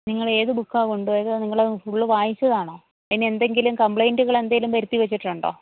നിങ്ങൾ ഏത് ബുക്കാണ് കൊണ്ടുപോയത് നിങ്ങൾ അത് ഫുള്ള് വായിച്ചതാണോ പിന്നെ എന്തെങ്കിലും കംപ്ലയിൻറ്റുകൾ എന്തെങ്കിലും വരുത്തി വച്ചിട്ടുണ്ടോ